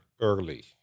early